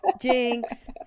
Jinx